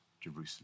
Jerusalem